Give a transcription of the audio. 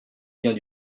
biens